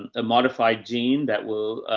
and a modified gene that will,